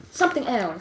something else